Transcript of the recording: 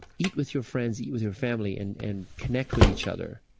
eat with your friends, eat with your family and and connect with each other.